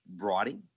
writing